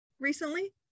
recently